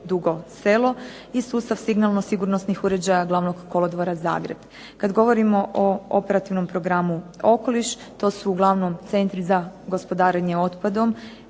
Dugo selo i sustav signalno-sigurnosnih uređaja Glavnog kolodvora Zagreb. Kad govorimo o Operativnom programu okoliš to su uglavnom centri za gospodarenje otpadom